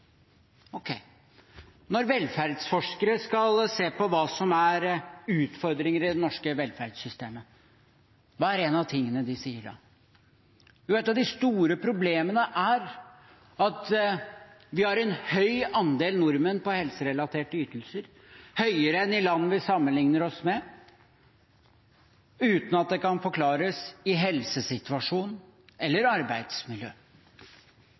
Når velferdsforskere skal se på hva som er utfordringer i det norske velferdssystemet, hva er det de sier da? Jo, et av de store problemene er at vi har en høy andel nordmenn på helserelaterte ytelser – høyere enn i land vi sammenligner oss med – uten at det kan forklares i helsesituasjon eller arbeidsmiljø.